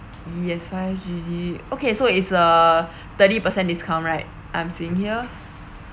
yes five g g okay so is uh thirty percent discount right I'm seeing here